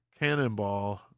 Cannonball